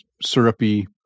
syrupy